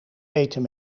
eten